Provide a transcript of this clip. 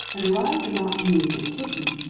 and arrived about noon at tiffin,